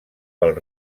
pel